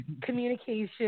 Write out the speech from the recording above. Communication